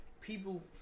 People